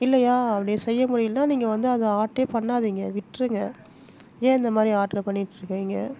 இல்லையா அப்படி செய்ய முடியலனா நீங்கள் வந்து அந்த ஆடரே பண்ணாதீங்க விட்டுருங்க ஏன் இந்த மாதிரி ஆட்ரு பண்ணிக்கிட்டு இருக்குறீங்க